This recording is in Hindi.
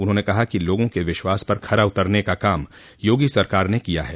उन्होंने कहा लोगों के विश्वास पर खरा उतरने का काम योगी सरकार ने किया है